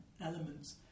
elements